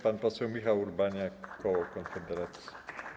Pan poseł Michał Urbaniak, koło Konfederacji.